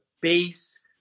base